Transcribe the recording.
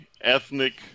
ethnic